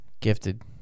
Gifted